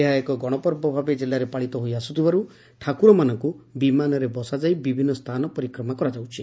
ଏହା ଏକ ଗଶପର୍ବ ଭାବେ ଜିଲାରେ ପାଳିତ ହୋଇ ଆସୁଥିବାରୁ ଠାକୁରମାନଙ୍କୁ ବିମାନରେ ବସାଇଯାଇ ବିଭିନ୍ନ ସ୍ଚାନ ପରିକ୍ରମା କରାଯାଉଛି